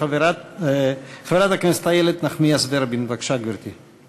חברת הכנסת איילת נחמיאס ורבין, בבקשה, גברתי.